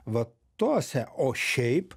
va tose o šiaip